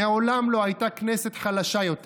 מעולם לא הייתה כנסת חלשה יותר.